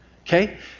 Okay